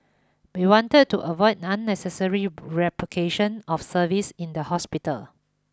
we wanted to avoid unnecessary replication of services in the hospital